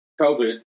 COVID